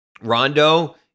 Rondo